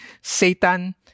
Satan